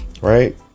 right